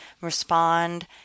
respond